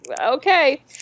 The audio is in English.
okay